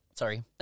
sorry